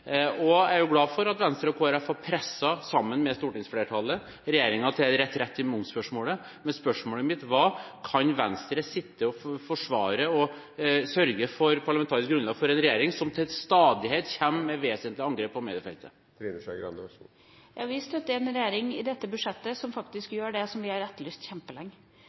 modningsprosess. Jeg er glad for at Venstre og Kristelig Folkeparti, sammen med stortingsflertallet, har presset regjeringen til retrett i momsspørsmålet. Men spørsmålet mitt gikk på: Kan Venstre sitte og forsvare og sørge for parlamentarisk grunnlag for en regjering som til stadighet kommer med vesentlige angrep på mediefeltet? Vi støtter en regjering i dette budsjettet som faktisk gjør det som vi har etterlyst kjempelenge.